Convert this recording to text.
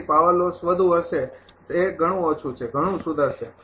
તેથી power loss વધુ હશે તે ઘણું ઓછું છે ઘણું સુધરશે